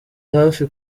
hafi